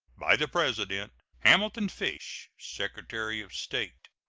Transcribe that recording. by the president hamilton fish, secretary of state.